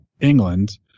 England